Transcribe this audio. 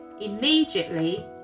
immediately